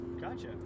Gotcha